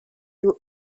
you